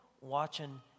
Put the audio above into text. watching